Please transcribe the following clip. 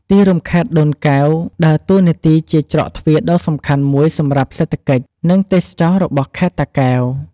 ទីរួមខេត្តដូនកែវដើរតួនាទីជាច្រកទ្វារដ៏សំខាន់មួយសម្រាប់សេដ្ឋកិច្ច និងទេសចរណ៍របស់ខេត្តតាកែវ។